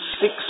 six